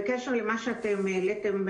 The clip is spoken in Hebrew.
בקשר למה שאתן העליתן,